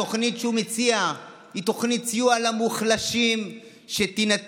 התוכנית שהוא מציע היא תוכנית סיוע למוחלשים שתינתן